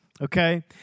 Okay